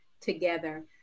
together